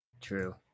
true